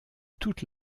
toute